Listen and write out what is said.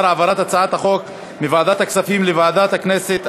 העברת הצעות חוק מוועדת הכספים לוועדת הכנסת,